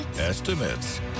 Estimates